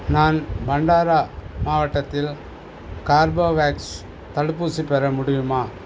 நான் பண்டாரா மாவட்டத்தில் கார்போவேக்ஸ் தடுப்பூசி பெற முடியுமா